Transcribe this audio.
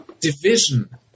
division